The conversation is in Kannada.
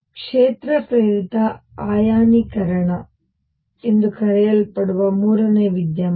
ಕ್ಷೇತ್ರ ಪ್ರೇರಿತ ಅಯಾನೀಕರಣ ಎಂದು ಕರೆಯಲ್ಪಡುವ ಮೂರನೇ ವಿದ್ಯಮಾನ